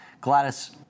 Gladys